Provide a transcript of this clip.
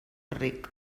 ric